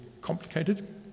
complicated